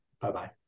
Bye-bye